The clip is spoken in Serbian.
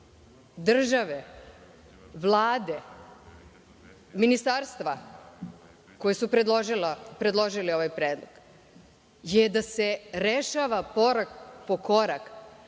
države, Vlade, Ministarstva, koji su predložili ovaj predlog je da se rešava korak po korak